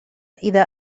إذا